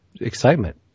excitement